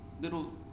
little